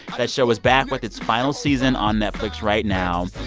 that show is back with its final season on netflix right now.